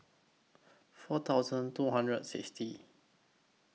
four thousand two hundred and sixty